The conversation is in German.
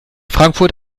frankfurt